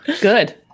Good